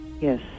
Yes